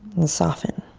and soften.